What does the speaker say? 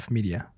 Media